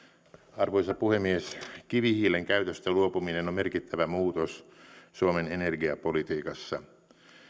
arvoisa puhemies kivihiilen käytöstä luopuminen on merkittävä muutos suomen energiapolitiikassa